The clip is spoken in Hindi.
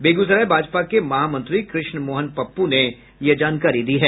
बेग्सराय भाजपा के महामंत्री कृष्ण मोहन पप्पू ने यह जानकारी दी है